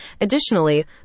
Additionally